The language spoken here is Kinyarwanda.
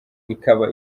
ikaba